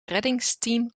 reddingsteam